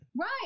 Right